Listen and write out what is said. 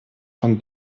von